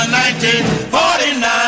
1949